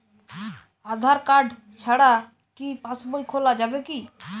আধার card ছাড়া কি পাসবই খোলা যাবে কি?